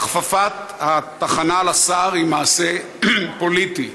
הכפפת התחנה לשר היא מעשה פוליטי.